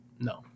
No